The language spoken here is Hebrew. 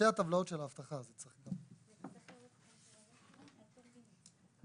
מציעה להוריד את העמודה של השישה ימים ולהתייחס לחמישה ימים.